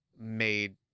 made